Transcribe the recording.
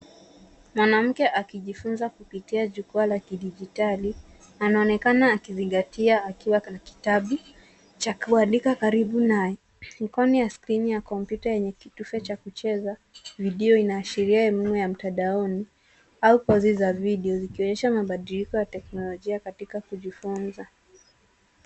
Mwanamke akijifunza kupitia jukwaa la kidijitali, anaonekana akizingatia akiwa na kitabu cha kuandika karibu naye. Mikono ya skirini ya kompyuta yenye kitufe cha kucheza vidio, inaashiria elimu ya mtandaoni au kozi za vidio, zinaonyesha mabadiliko ya teknolojia katika kujifunza.